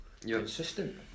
consistent